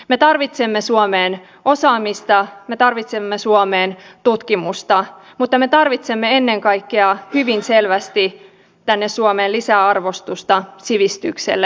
me tarvitsemme suomeen osaamista me tarvitsemme suomeen tutkimusta mutta me tarvitsemme ennen kaikkea hyvin selvästi tänne suomeen lisää arvostusta sivistykselle